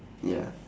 ya